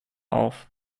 auf